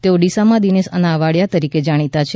તેઓ ડીસામાં દિનેશ અનાવાડીયા તરીકે જાણીતા છે